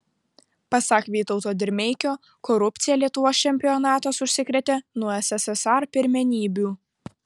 pasak vytauto dirmeikio korupcija lietuvos čempionatas užsikrėtė nuo sssr pirmenybių